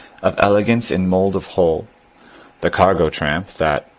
of elegance in mould of hull the cargo tramp that,